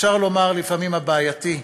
אפשר לומר לפעמים הבעייתי,